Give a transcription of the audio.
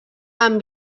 amb